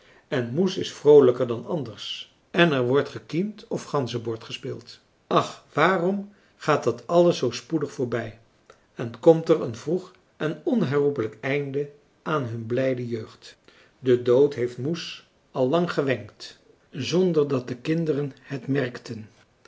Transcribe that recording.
en moes is vroolijker dan anders en er wordt gekiend of ganzenbord gespeeld ach waarom gaat dat alles zoo spoedig voorbij en komt er een vroeg en onherroepelijk einde aan hun blijde jeugd de dood heeft moes al lang gewenkt zonder dat de kinderen het merkten